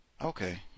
okay